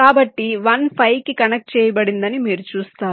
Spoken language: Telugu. కాబట్టి 1 5 కి కనెక్ట్ చేయబడిందని మీరు చూస్తారు